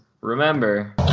remember